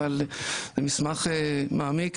אבל זה מסמך מעמיק,